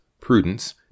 prudence